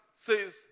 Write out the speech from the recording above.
says